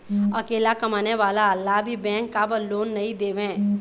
अकेला कमाने वाला ला भी बैंक काबर लोन नहीं देवे?